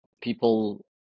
people